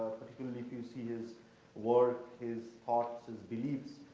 particularly if you see his work, his hearts, his beliefs.